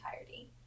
entirety